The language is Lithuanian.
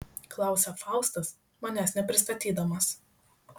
klausia faustas manęs nepristatydamas